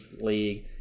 league